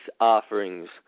offerings